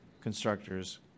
constructors